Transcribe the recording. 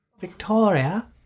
Victoria